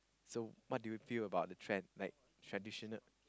so what do you feel about the trend like traditional